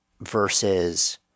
versus